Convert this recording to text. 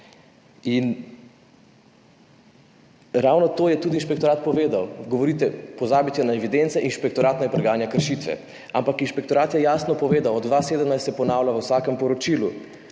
In ravno to je tudi inšpektorat povedal. Pravite, pozabite na evidence, inšpektorat naj preganja kršitve, ampak inšpektorat je jasno povedal, od leta 2017 se ponavlja v vsakem poročilu,